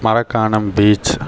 Marakkanam beach